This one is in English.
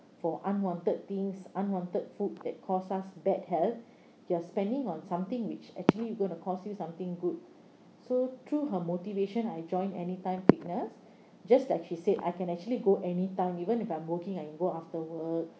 for unwanted things unwanted food that cost us bad health your spending on something which actually going to cost you something good so through her motivation I joined anytime fitness just like she said I can actually go anytime even if I'm working I can go after work